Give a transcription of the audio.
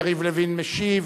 יריב לוין משיב.